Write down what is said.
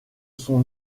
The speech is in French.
son